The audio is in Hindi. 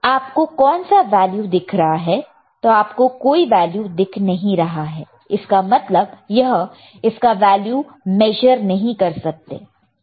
तो आप को कौन सा वैल्यू दिख रहा है तो आपको कोई वैल्यू दिख नहीं रहा है तो इसका मतलब यह इसका वैल्यू मेशर नहीं कर सकता है